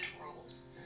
rules